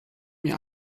mir